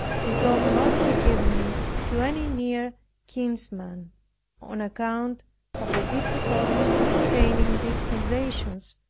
resolved not to give me to any near kinsman on account of the difficulty obtaining dispensations,